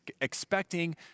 expecting